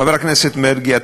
חבר הכנסת מרגי,